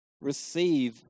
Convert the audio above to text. receive